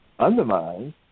Undermine